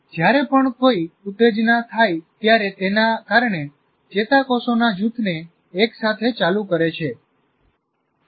જ્યારે પણ કોઈ ઉત્તેજના થાય ત્યારે તેના કારણે ચેતાકોષોના જૂથને એકસાથે ચાલુ કરે છે તે એક ન્યુરોન નથી જે બરતરફ થાય છે